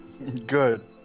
Good